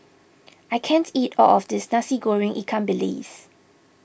I can't eat all of this Nasi Goreng Ikan Bilis